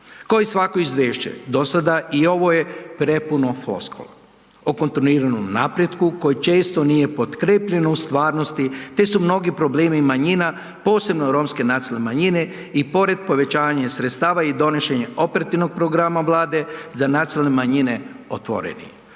Ko i svako izvješće dosada i ovo je prepuno floskula o kontinuiranom napretku koji često nije potkrijepljen u stvarnosti, te su mnogi problemi manjina, posebno romske nacionalne manjine i pored povećanja sredstava i donošenja operativnog programa Vlade za nacionalne manjine otvoreni.